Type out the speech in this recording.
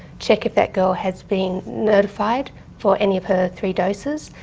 check if that girl has been notified for any of her three doses,